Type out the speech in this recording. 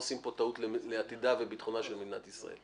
עושים פה טעות לעתידה וביטחונה של מדינת ישראל.